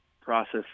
process